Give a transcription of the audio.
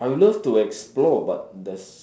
I would love to explore but there's